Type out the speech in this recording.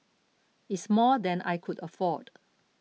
it's more than I could afford